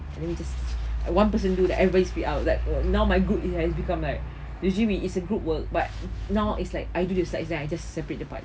then we just one person do then everybody speak out like now my group has become like usually we it's a group work but now it's like I do the slide and I just separate the part